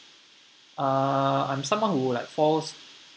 uh I'm someone who like falls